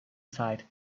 sight